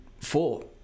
four